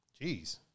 Jeez